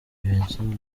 vincent